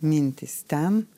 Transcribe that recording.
mintys ten